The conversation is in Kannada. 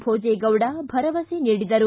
ಭೋಜೇಗೌಡ ಭರವಸೆ ನೀಡಿದರು